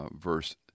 verse